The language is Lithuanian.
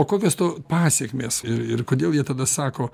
o kokios to pasekmės ir ir kodėl jie tada sako